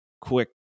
quick